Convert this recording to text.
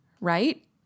right